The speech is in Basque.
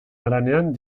haranean